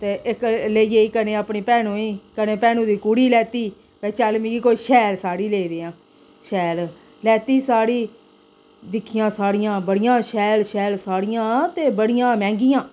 ते इक लेई गेई कन्नै अपनी भैनु गी कन्नै अपनी भैनु दी कुड़ी लैती भाई चल मिकी कोई शैल साड़ी लेईं देआं शैल लैती साड़ी दिक्खियां साड़ियां बड़ियां शैल शैल साड़ियां ते बड़ियां मैंह्गियां